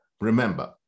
Remember